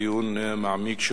דיון מעמיק,